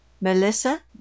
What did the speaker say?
Melissa